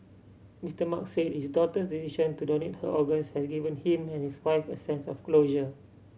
Mister Mark say his daughter's decision to donate her organs has given him and his wife a sense of closure